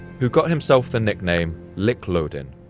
who got himself the nickname lik-loden,